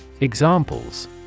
Examples